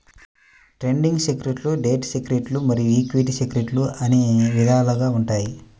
trading సెక్యూరిటీలు debt సెక్యూరిటీలు మరియు ఈక్విటీ సెక్యూరిటీలు అని విధాలుగా ఉంటాయి